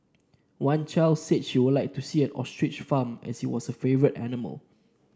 one child said she would like to see an ostrich farm as it was her favourite animal